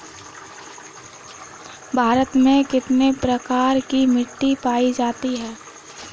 भारत में कितने प्रकार की मिट्टी पाई जाती है?